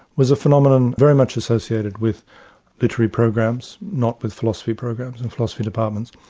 was a phenomenon very much associated with literary programs, not with philosophy programs, and philosophy departments.